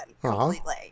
completely